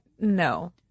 no